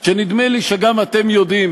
שנדמה לי שגם אתם יודעים,